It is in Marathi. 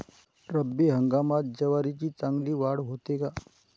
रब्बी हंगामात ज्वारीची चांगली वाढ होते का?